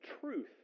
truth